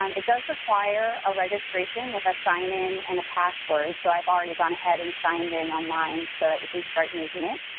um it does require a registration with a sign in and a password, so i've already gone ahead and signed in online so that we can start using it,